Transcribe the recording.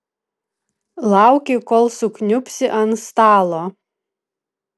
lauki kol sukniubsi ant stalo